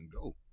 go